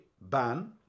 Ban